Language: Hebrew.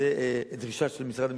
זו דרישה של משרד המשפטים,